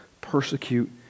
persecute